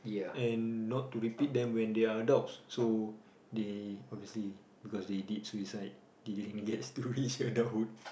and not to repeat them when they are adults so they obviously because they did suicide they didn't get to risk adulthood